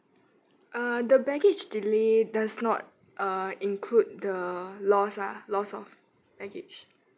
uh the baggage delay does not uh include the lost ah lost of baggage